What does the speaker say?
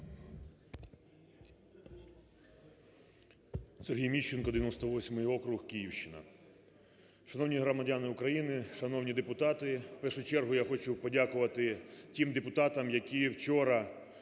Сергій Міщенко, 98 округ, Київщина. Шановні громадяни України, шановні депутати, в першу чергу я хочу подякувати тим депутатам, які вчора